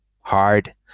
hard